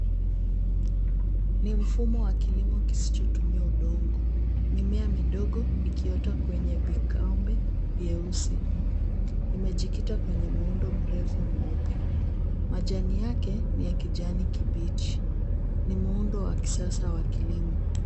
Ni mfumo wa kilimo kisichotumia udongo, mimea midogo ikiota kwenye vikombe vieusi. Imejikita kwenye muundo mrefu mweupe. Majani yake ni ya kijani kibichi. Ni muundo wa kisasa wa kilimo.